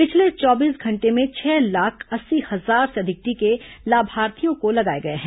पिछले चौबीस घंटे में छह लाख अस्सी हजार से अधिक टीके लाभार्थियों को लगाए गए हैं